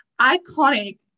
iconic